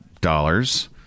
dollars